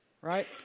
Right